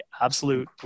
absolute